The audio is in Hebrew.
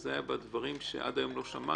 וזה היה בדברים שעד היום לא שמענו,